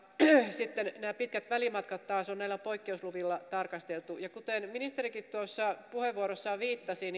sitten nämä pitkät välimatkat taas on näillä poikkeusluvilla tarkastettu ja kuten ministerikin tuossa puheenvuorossaan viittasi